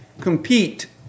compete